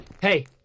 Hey